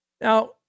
Now